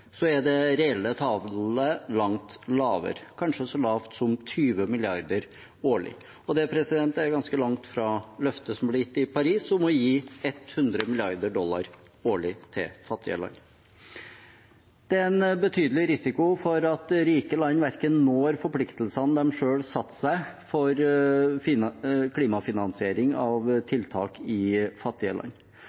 er det reelle tallet langt lavere, kanskje så lavt som 20 milliarder årlig. Det er ganske langt fra løftet som ble gitt i Paris, om å gi 100 mrd. dollar årlig til fattige land. Det er en betydelig risiko for at rike land ikke når forpliktelsene de selv satte seg for klimafinansiering av tiltak i fattige land.